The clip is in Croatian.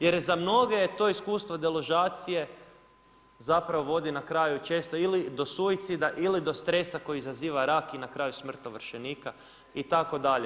Jer za mnoge je to iskustvo deložacije zapravo vodi na kraju često ili do suicida ili do stresa koji izaziva rak i na kraju smrt ovršenika itd.